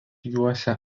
juosia